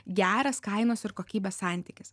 geras kainos ir kokybės santykis